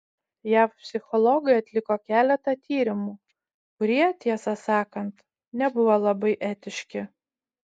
jav psichologai atliko keletą tyrimų kurie tiesą sakant nebuvo labai etiški